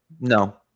no